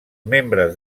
membres